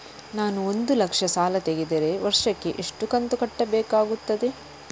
ನಾನು ಒಂದು ಲಕ್ಷ ಸಾಲ ತೆಗೆದರೆ ವರ್ಷಕ್ಕೆ ಎಷ್ಟು ಕಂತು ಕಟ್ಟಬೇಕಾಗುತ್ತದೆ?